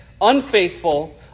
unfaithful